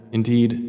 indeed